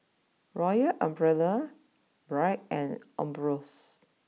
Royal Umbrella Bragg and Ambros